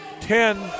Ten